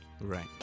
right